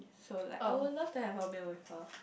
so like I would love to have a meal with her